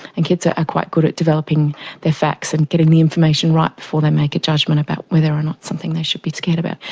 and kids are ah quite good at developing the facts and getting the information right before they make a judgement about whether or not it's something they should be scared about.